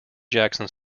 jackson